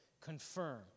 confirm